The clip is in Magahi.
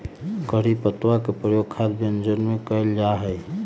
करी पत्तवा के प्रयोग खाद्य व्यंजनवन में कइल जाहई